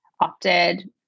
opted